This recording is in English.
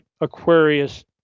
Aquarius